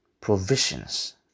provisions